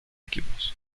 equipos